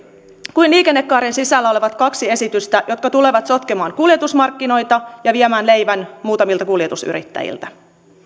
kuin liikennekaaren sisällä olevat kaksi esitystä jotka tulevat sotkemaan kuljetusmarkkinoita ja viemään leivän muutamilta kuljetusyrittäjiltä